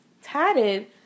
tatted